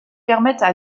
permettent